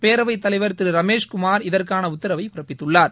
பேரவைத் தலைவர் திரு ரமேஷ்குமார் இதற்கான உத்தரவை பிறப்பித்துள்ளார்